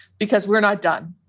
because we're not done.